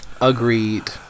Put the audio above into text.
Agreed